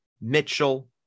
Mitchell